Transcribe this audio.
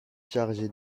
chargé